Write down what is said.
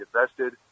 invested